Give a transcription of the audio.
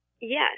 Yes